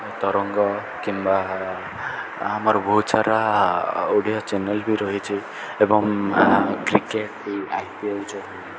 ତରଙ୍ଗ କିମ୍ବା ଆମର ବହୁତ ସାରା ଓଡ଼ିଆ ଚ୍ୟାନେଲ୍ ବି ରହିଛିି ଏବଂ କ୍ରିକେଟ ବି ଆଇ ପି ଏଲ୍ ଯେଉଁ